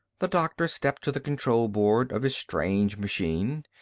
the doctor stepped to the control board of his strange machine.